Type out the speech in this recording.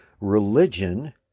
religion